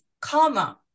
karma